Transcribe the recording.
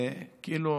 וכאילו